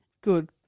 good